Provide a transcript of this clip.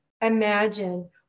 imagine